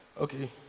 Okay